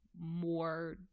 more